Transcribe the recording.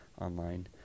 online